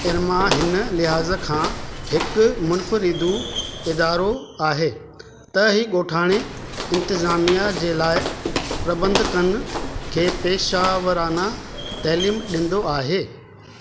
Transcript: इरमा हिन लिहाज़ खां हिकु मुनफ़रीदु इदारो आहे त हीअ गो॒ठाणे इंतिज़ामिया जे लाइ प्रबंधकनि खे पेशावराना तालीमु डीं॒दो आहे